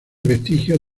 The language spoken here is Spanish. vestigios